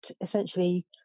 essentially